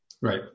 Right